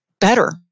better